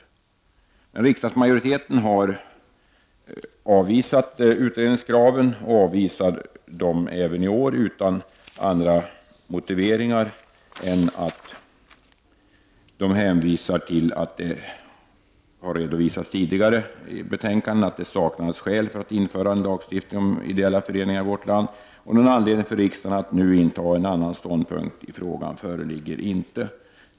Men riksdagsmajoriteten har även i år avvisat utredningskraven utan andra motiveringar än att det har redovisats i tidigare betänkanden att det saknas skäl att införa lagstiftning om ideella föreningar i vårt land och att någon anledning för riksdagen att nu inta en annan ståndpunkt i frågan inte föreligger.